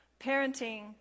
parenting